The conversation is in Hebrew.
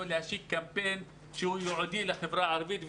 להשיק קמפיין שהוא ייעודי לחברה הערבית.